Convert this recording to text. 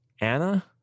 Anna